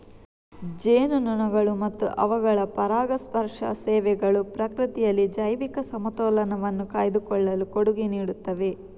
ಜೇನುನೊಣಗಳು ಮತ್ತು ಅವುಗಳ ಪರಾಗಸ್ಪರ್ಶ ಸೇವೆಗಳು ಪ್ರಕೃತಿಯಲ್ಲಿ ಜೈವಿಕ ಸಮತೋಲನವನ್ನು ಕಾಯ್ದುಕೊಳ್ಳಲು ಕೊಡುಗೆ ನೀಡುತ್ತವೆ